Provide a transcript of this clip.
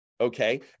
okay